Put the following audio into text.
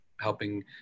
helping